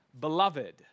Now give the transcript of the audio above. Beloved